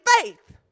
faith